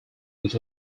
which